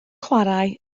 chwarae